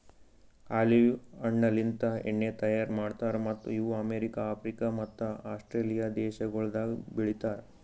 olive ಹಣ್ಣಲಿಂತ್ ಎಣ್ಣಿ ತೈಯಾರ್ ಮಾಡ್ತಾರ್ ಮತ್ತ್ ಇವು ಅಮೆರಿಕ, ಆಫ್ರಿಕ ಮತ್ತ ಆಸ್ಟ್ರೇಲಿಯಾ ದೇಶಗೊಳ್ದಾಗ್ ಬೆಳಿತಾರ್